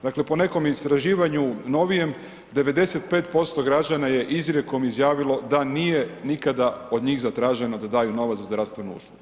Dakle, po nekom istraživanju novijem 95% građana je izrijekom izjavilo da nije nikada od njih zatraženo da daju novac za zdravstvenu uslugu.